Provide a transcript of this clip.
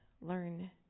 learn